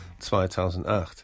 2008